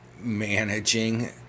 managing